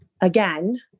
again